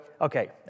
okay